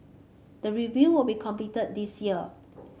the review will be completed this year